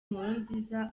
nkurunziza